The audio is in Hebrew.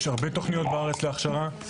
יש הרבה תוכניות בארץ להכשרה.